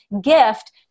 gift